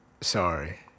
Sorry